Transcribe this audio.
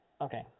okay